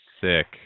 sick